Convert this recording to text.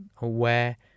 aware